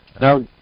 Now